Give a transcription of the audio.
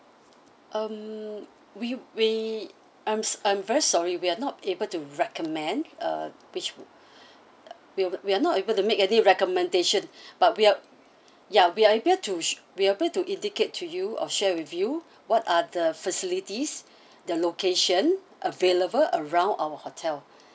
um we we I'm I'm very sorry we are not able to recommend uh which wou~ we are not we are not able to make any recommendation but we are ya we are able to sh~ we are able to indicate to you or share with you what are the facilities the location available around our hotel